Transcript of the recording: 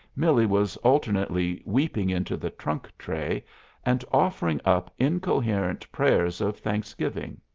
millie was alternately weeping into the trunk-tray and offering up incoherent prayers of thanksgiving.